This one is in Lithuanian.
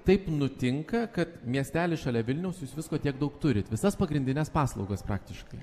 taip nutinka kad miestelis šalia vilnius jūs visko tiek daug turit visas pagrindines paslaugas praktiškai